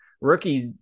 Rookies